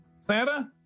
Santa